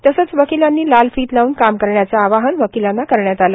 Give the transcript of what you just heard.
तसंच वकिलांनी लालफीत लावून काम करण्याचं आवाहन वकिलांना करण्यात आलं